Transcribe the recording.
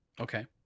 Okay